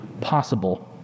possible